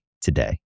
today